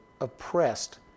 oppressed